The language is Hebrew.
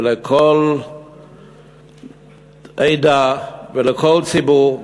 ולכל עדה ולכל ציבור,